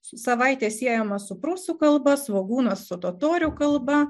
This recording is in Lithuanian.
savaitę siejama su prūsų kalba svogūnas su totorių kalba